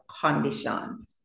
condition